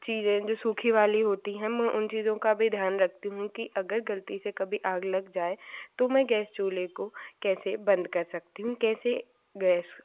चीज़ें जो सूखी वाली होती हैं हम उन चीज़ों का भी ध्यान रखती हूँ कि अगर गलती से कभी आग लग जाए तो मैं गैस चूल्हे को कैसे बंद कर सकती हूँ कैसे गैस